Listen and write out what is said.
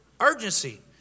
urgency